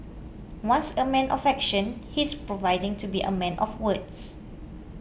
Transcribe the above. once a man of action he is providing to be a man of words